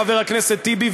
חבר הכנסת טיבי,